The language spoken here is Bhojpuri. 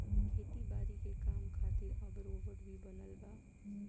खेती बारी के काम खातिर अब रोबोट भी बनल बा